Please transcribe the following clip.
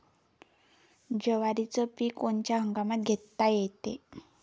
जवारीचं पीक कोनच्या हंगामात घेता येते?